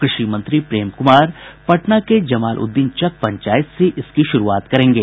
कृषि मंत्री प्रेम कुमार पटना के जमालउद्दीनचक पंचायत से इसकी शुरूआत करेंगे